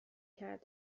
کرد